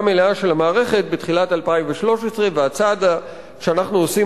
מלאה של המערכת בתחילת 2013. הצעד שאנחנו עושים